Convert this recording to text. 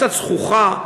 קצת זחוחה,